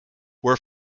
were